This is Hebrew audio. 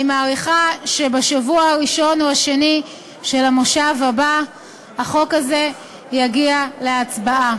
אני מעריכה שבשבוע הראשון או השני של המושב הבא החוק הזה יגיע להצבעה.